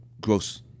gross